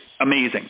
amazing